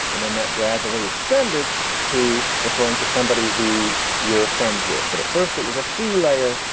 and then that gradually extended to referring to somebody who you're friends with. but at first it was a fee laywer.